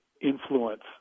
influence